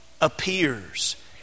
appears